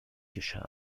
geschah